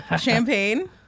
champagne